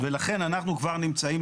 ולכן אנחנו כבר נמצאים,